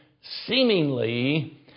seemingly